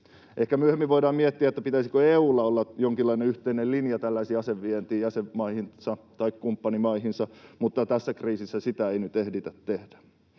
Ehkä myöhemmin voidaan miettiä, pitäisikö EU:lla olla jonkinlainen yhteinen linja tällaiseen asevientiin jäsenmaihinsa tai kumppanimaihinsa, mutta tässä kriisissä sitä ei nyt ehditä tehdä.